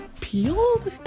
peeled